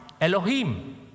Elohim